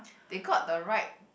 they got the right